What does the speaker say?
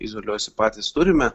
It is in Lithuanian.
izoliuojasi patys turime